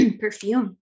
perfume